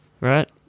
Right